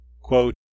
quote